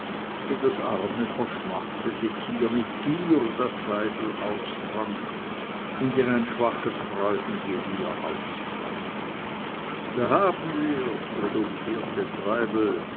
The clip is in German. wie das arme verschmachtete tier mit gier das seidel austrank und in ein schwaches freudengewieher ausbrach da haben wir's triumphierte treibel